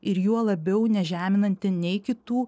ir juo labiau nežeminanti nei kitų